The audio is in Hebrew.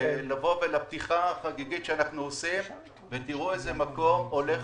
לבוא לפתיחה החגיגית שנעשה ותראו איזה מקום זה הולך